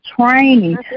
training